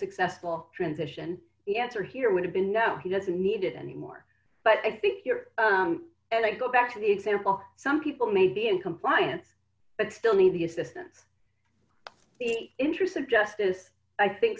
successful transition the answer here would have been no he doesn't need it anymore but i think you're and i go back to the example some people may be in compliance but still need the assistance of the interest of justice i think